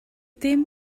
dim